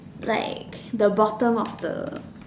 like the bottom of the